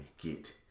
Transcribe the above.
get